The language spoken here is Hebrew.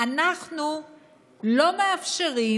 אנחנו לא מאפשרים,